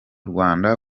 rwanda